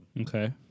Okay